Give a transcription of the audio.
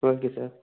okay sir